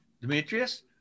Demetrius